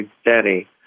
steady